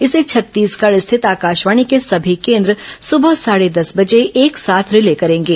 इसे छत्तीसगढ़ स्थित आकाशवाणी के सभी केन्द्र सुबह साढे दस बजे एक साथ रिले करेंगे